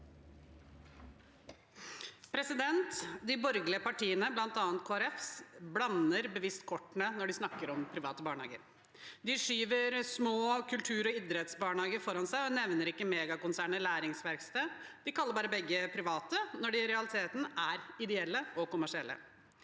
De borgerlige parti- ene, bl.a. Kristelig Folkeparti, blander bevisst kortene når de snakker om private barnehager. De skyver små kultur- og idrettsbarnehager foran seg og nevner ikke megakonsernet Læringsverkstedet. De kaller bare begge private når de i realiteten er ideelle og kommersielle.